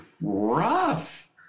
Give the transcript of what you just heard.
rough